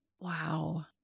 Wow